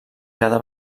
cada